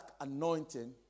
anointing